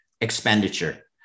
expenditure